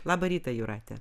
labą rytą jūrate